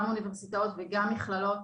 גם אוניברסיטאות וגם מכללות,